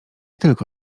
tylko